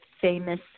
famous